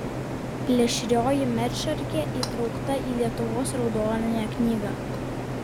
plėšrioji medšarkė įtraukta į lietuvos raudonąją knygą